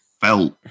felt